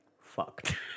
fucked